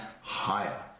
Higher